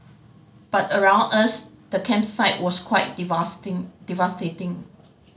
but around us the campsite was quite devastating